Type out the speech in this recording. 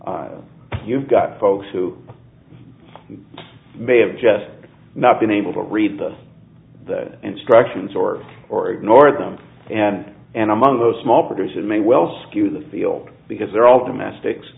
me you've got folks who may have just not been able to read the instructions or or ignore them and and among those small produce that may well skew the field because they're all domestics